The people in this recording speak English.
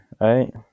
Right